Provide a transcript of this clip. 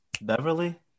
Beverly